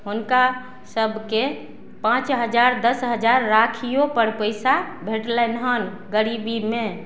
हुनका सबके पाँच हजार दस हजार राखियोपर पैसा भेटलनि हन गरीबीमे